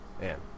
Man